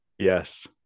Yes